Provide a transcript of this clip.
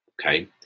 Okay